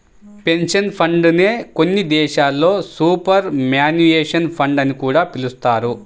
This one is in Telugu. పెన్షన్ ఫండ్ నే కొన్ని దేశాల్లో సూపర్ యాన్యుయేషన్ ఫండ్ అని కూడా పిలుస్తారు